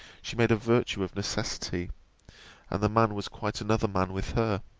she made a virtue of necessity and the man was quite another man with her.